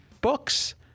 books